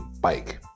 bike